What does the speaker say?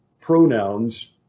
pronouns